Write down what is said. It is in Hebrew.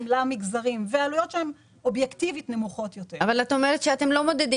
למגזרים ועלויות שהם נמוכות יותר באופן אובייקטיבי